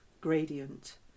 gradient